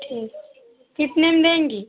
ठीक कितने में देंगी